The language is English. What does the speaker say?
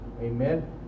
Amen